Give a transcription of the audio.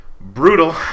brutal